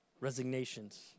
resignations